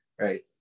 right